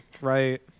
right